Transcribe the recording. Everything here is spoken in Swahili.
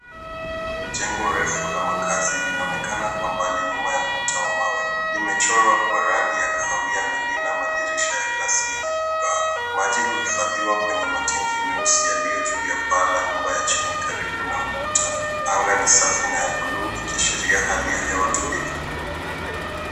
Jengo refu la makazi linaonekama kwa mbali nyuma ya ukuta wa mawe. Limechorwa kwa rangi ya kahawia na lina madirisha ya glasi yenye kung'aa. Maji huhifadhiwa kwenye matengi meusi yaliyo juu ya paa la nyumba ya chini karibu na ukuta. Anga ni safi na ya buluu ikiashiria hali ya hewa tulivu.